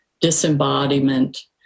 disembodiment